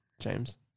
James